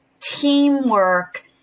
teamwork